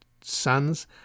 sons